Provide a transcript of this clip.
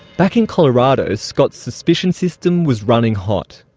back in colorado, scott's suspicion system was running hot.